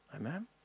Amen